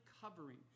covering